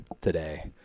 today